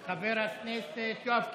חבר הכנסת יואב קיש.